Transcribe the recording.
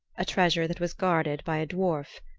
a treasure that was guarded by a dwarf.